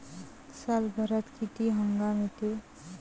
सालभरात किती हंगाम येते?